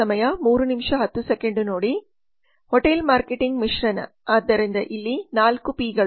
hotel marketing ಮಿಶ್ರಣ ಆದ್ದರಿಂದ ಇಲ್ಲಿ 4 ಪಿಗಳು